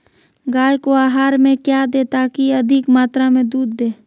गाय को आहार में क्या दे ताकि अधिक मात्रा मे दूध दे?